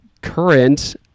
current